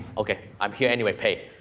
okay, i'm here anyway, pay.